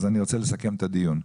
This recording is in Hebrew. אני רוצה לסכם את הדיון.